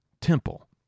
temple